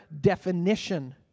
definition